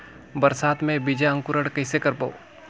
बरसात मे बीजा अंकुरण कइसे करबो?